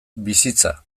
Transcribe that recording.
bizitza